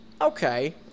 Okay